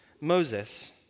Moses